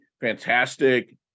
fantastic